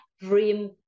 dream